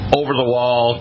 over-the-wall